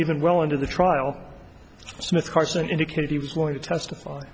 even well into the trial smith carson indicated he was willing to testify